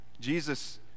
Jesus